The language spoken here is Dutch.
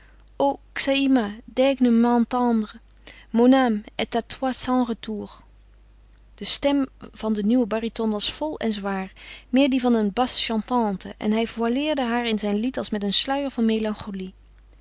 est à toi sans retour de stem van den nieuwen baryton was vol en zwaar meer die van een basse chantante en hij voileerde haar in zijn lied als met een sluier van melancholie